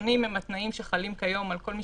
הראשונים הם התנאים שחלים כיום על כל מי